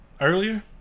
Earlier